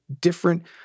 different